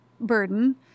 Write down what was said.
burden